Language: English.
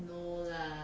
no lah